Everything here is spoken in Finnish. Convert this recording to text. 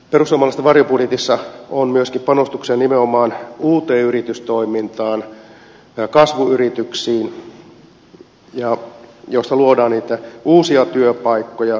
perussuomalaisten varjobudjetissa on myöskin panostuksia nimenomaan uuteen yritystoimintaan ja kasvuyrityksiin joista luodaan niitä uusia työpaikkoja